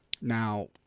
Now